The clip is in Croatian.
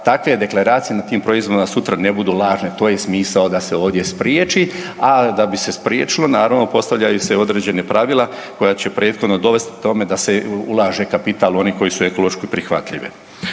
takve deklaracije na tim proizvodima sutra ne budu lažne to je smisao da se ovdje spriječi. A da bi se spriječilo naravno postavljaju se određena pravila koja će prethodno dovesti tome da se ulaže kapital oni koji su ekološki prihvatljive.